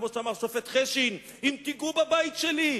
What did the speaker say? או כמו שאמר השופט חשין: אם תיגעו בבית שלי.